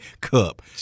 cup